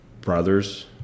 brothers